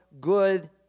good